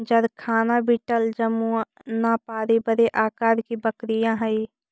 जरखाना बीटल जमुनापारी बड़े आकार की बकरियाँ हई